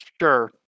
Sure